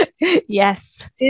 Yes